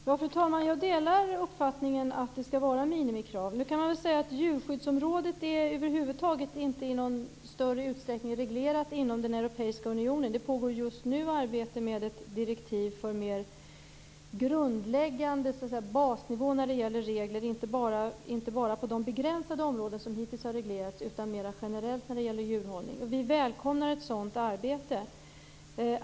Fru talman! Jag delar uppfattningen att det skall vara minimikrav. Man kan säga att djurskyddsområdet över huvud taget inte i någon större utsträckning är reglerat inom den europeiska unionen. Det pågår just nu arbete med ett direktiv för mer grundläggande basnivåer när det gäller regler, inte bara på de begränsade områden som hittills har reglerats utan mer generellt när det gäller djurhållning. Vi välkomnar ett sådant arbete.